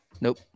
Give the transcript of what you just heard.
Nope